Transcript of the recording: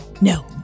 no